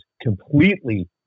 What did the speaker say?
completely